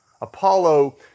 Apollo